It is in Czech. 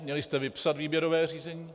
Měli jste vypsat výběrové řízení.